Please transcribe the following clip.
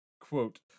quote